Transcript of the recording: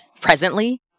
presently